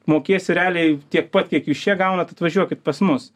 mokėsiu realiai tiek pat kiek jūs čia gaunat tai atvažiuokit pas mus